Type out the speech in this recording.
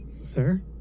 Sir